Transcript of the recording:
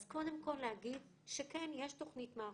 אז קודם כול להגיד שכן, יש תוכנית מערכתית.